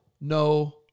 No